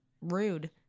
rude